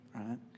right